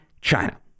China